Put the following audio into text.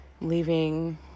leaving